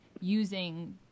using